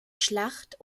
schlacht